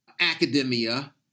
academia